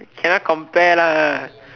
cannot compare lah